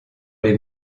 les